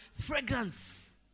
fragrance